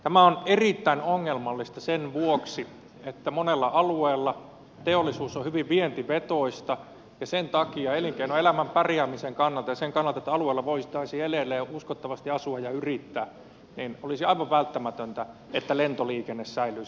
tämä on erittäin ongelmallista sen vuoksi että monella alueella teollisuus on hyvin vientivetoista ja sen takia elinkeinoelämän pärjäämisen kannalta ja sen kannalta että alueella voitaisiin elellä ja uskottavasti asua ja yrittää olisi aivan välttämätöntä että lentoliikenne säilyisi